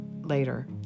later